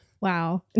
wow